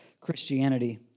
Christianity